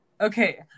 okay